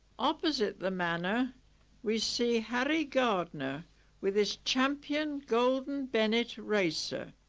opposite the manor we see harry gardner with his champion golden bennett racer